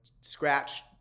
scratch